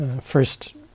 first